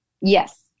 Yes